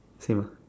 same ah